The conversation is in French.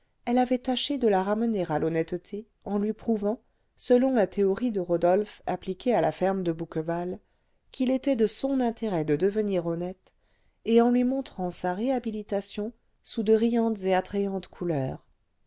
elle avait tâché de la ramener à l'honnêteté en lui prouvant selon la théorie de rodolphe appliquée à la ferme de bouqueval qu'il était de son intérêt de devenir honnête et en lui montrant sa réhabilitation sous de riantes et attrayantes couleurs